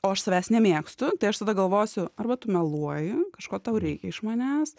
o aš savęs nemėgstu tai aš tada galvosiu arba tu meluoji kažko tau reikia iš manęs